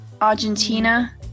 argentina